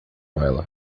ela